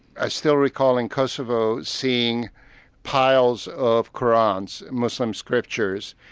i still recall in kosovo seeing piles of qur'ans, muslim scriptures,